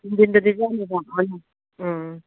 ꯅꯨꯡꯊꯤꯜꯗꯗꯤ ꯆꯥꯅꯦꯕ ꯎꯝ